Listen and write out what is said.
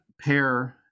pair